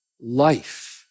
life